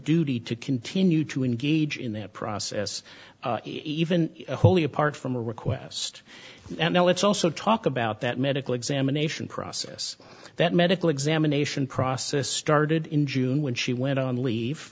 duty to continue to engage in that process even wholly apart from a request and now let's also talk about that medical examination process that medical examination process started in june when she went on